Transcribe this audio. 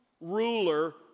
ruler